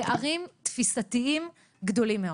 פערים תפיסתיים גדולים מאוד.